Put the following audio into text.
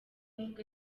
avuga